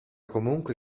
comunque